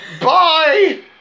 Bye